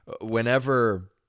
whenever